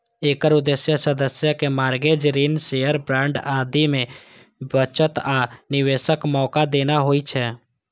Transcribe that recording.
एकर उद्देश्य सदस्य कें मार्गेज, ऋण, शेयर, बांड आदि मे बचत आ निवेशक मौका देना होइ छै